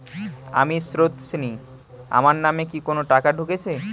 আমি স্রোতস্বিনী, আমার নামে কি কোনো টাকা ঢুকেছে?